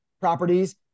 properties